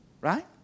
right